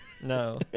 no